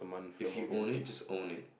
if you own it just own it